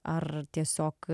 ar tiesiog